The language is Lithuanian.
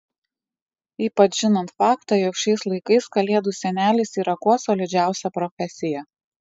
ypač žinant faktą jog šiais laikais kalėdų senelis yra kuo solidžiausia profesija